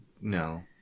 No